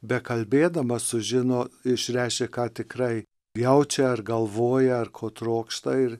bekalbėdamas sužino išreiškė ką tikrai jaučia ar galvoja ar ko trokšta ir